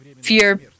fear